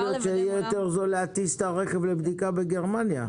יכול להיות שיהיה יותר זול להטיס את הרכב לבדיקה בגרמניה.